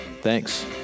Thanks